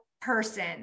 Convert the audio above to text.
person